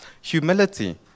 Humility